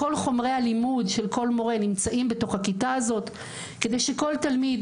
כל חומרי הלימוד של כל מורה נמצאים בתוך הכיתה הזאת כדי שכל תלמיד